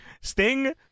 Sting